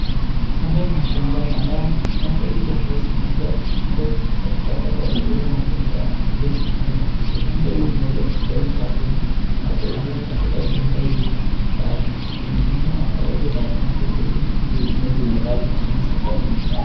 Hapa ni shamba ambao nngombe hizi zimeweza kushiba kutoka kwa kukula, wote wanakuja kulala huku, ngombe hizi zimeanza kupewa chakula na kulala katika juu chumba hichi cha kifahari. Kuna zingine ambazo zimeenda kukula huku zingine zimelala.